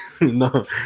No